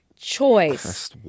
choice